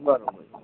બરાબર